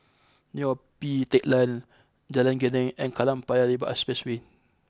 Neo Pee Teck Lane Jalan Geneng and Kallang Paya Lebar Expressway